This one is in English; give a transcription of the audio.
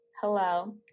hello